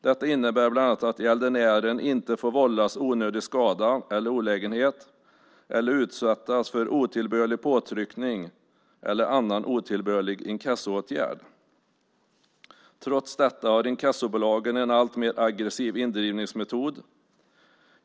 Detta innebär bland annat att gäldenären inte får vållas onödig skada eller olägenhet eller utsättas för otillbörlig påtryckning eller annan otillbörlig inkassoåtgärd. Trots detta har inkassobolagen en alltmer aggressiv indrivningsmetod.